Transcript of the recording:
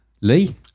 Lee